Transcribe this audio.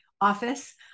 office